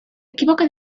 equivoca